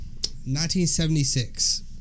1976-